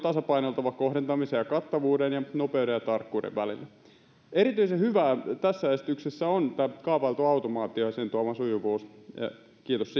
tasapainoiltava kohdentamisen ja kattavuuden sekä nopeuden ja tarkkuuden välillä erityisen hyvää tässä esityksessä on kaavailtu automaatio ja sen tuoma sujuvuus kiitos